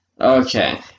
Okay